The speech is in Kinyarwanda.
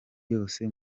yose